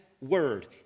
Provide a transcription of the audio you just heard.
word